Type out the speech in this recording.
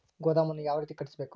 ಗೋದಾಮನ್ನು ಯಾವ ರೇತಿ ಕಟ್ಟಿಸಬೇಕು?